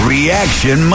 Reaction